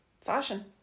fashion